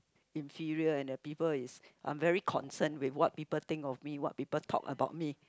inferior and the people is I'm very concern with what people think of me what people talk about me